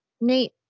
Nate